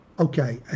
Okay